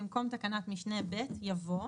במקום תקנת משנה (ב) יבוא: